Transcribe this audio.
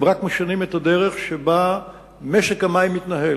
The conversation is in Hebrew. הם רק משנים את הדרך שבה משק המים מתנהל.